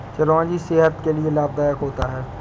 चिरौंजी सेहत के लिए लाभदायक होता है